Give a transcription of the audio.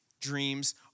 Dreams